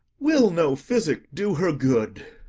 will no physic do her good?